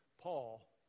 Paul